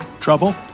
Trouble